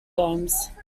games